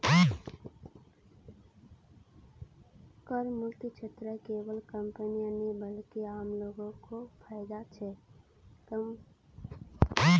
करमुक्त क्षेत्रत केवल कंपनीय नी बल्कि आम लो ग को फायदा छेक